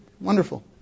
Wonderful